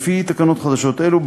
לפי תקנות חדשות אלו,